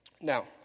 Now